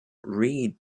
read